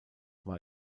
war